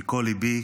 מכל ליבי.